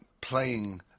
playing